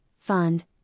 fund